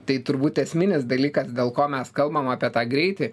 tai turbūt esminis dalykas dėl ko mes kalbam apie tą greitį